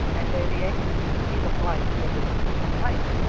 and they reacted with speed of light to aboriginal complaints.